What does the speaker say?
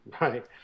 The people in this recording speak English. right